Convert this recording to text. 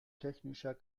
technischer